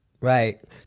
Right